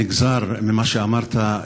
נגזר ממה שאמרת,